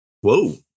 Whoa